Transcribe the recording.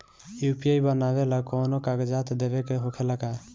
UPI बनावेला कौनो कागजात देवे के होखेला का?